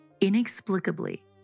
Inexplicably